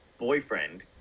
boyfriend